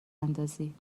اندازی